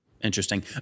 Interesting